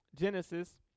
Genesis